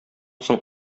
соң